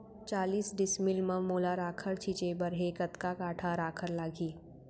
चालीस डिसमिल म मोला राखड़ छिंचे बर हे कतका काठा राखड़ लागही?